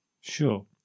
Sure